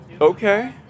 Okay